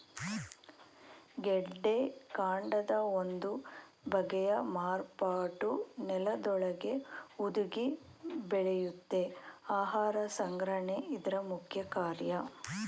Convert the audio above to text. ಗೆಡ್ಡೆಕಾಂಡದ ಒಂದು ಬಗೆಯ ಮಾರ್ಪಾಟು ನೆಲದೊಳಗೇ ಹುದುಗಿ ಬೆಳೆಯುತ್ತೆ ಆಹಾರ ಸಂಗ್ರಹಣೆ ಇದ್ರ ಮುಖ್ಯಕಾರ್ಯ